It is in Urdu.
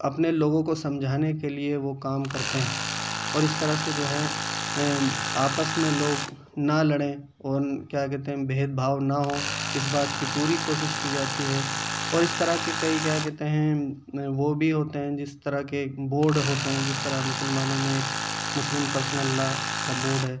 اپنے لوگوں کو سمجھانے کے لیے وہ کام کرتے ہیں اور اس طرح سے جو ہے آپس میں لوگ نہ لڑیں اور کیا کہتے ہیں بھید بھاؤ نہ ہو اس بات کی پوری کوشش کی جاتی ہے اور اس طرح کے کئی کیا کہتے ہیں وہ بھی ہوتے ہیں جس طرح کے بورڈ ہوتے ہیں جس طرح مسلمانوں میں ایک مسلم پرسنل لاء کا بورڈ ہے